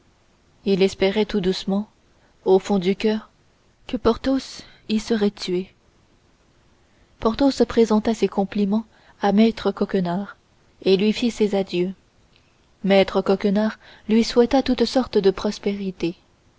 il espérait tout doucement au fond du coeur que porthos y serait tué porthos présenta ses compliments à maître coquenard et lui fit ses adieux maître coquenard lui souhaita toutes sortes de prospérités